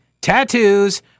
tattoos